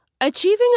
Achieving